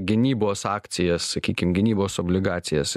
gynybos akcijas sakykim gynybos obligacijas